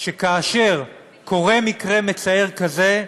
שכאשר קורה מקרה מצער כזה,